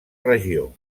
regió